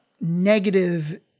negative